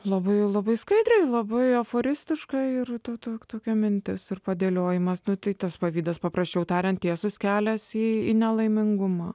labai labai skaidriai labai euforistiškai ir to tok tok tokia mintis ir padėliojimas nu tai tas pavydas paprasčiau tariant tiesus kelias į nelaimingumą